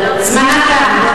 זמנה תם.